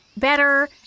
better